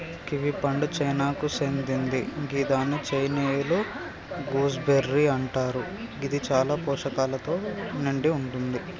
kiwi పండు చైనాకు సేందింది గిదాన్ని చైనీయుల గూస్బెర్రీ అంటరు గిది చాలా పోషకాలతో నిండి వుంది